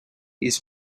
his